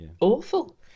awful